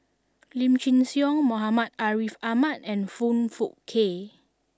Lim Chin Siong Muhammad Ariff Ahmad and Foong Fook Kay